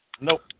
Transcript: Nope